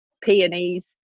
Peonies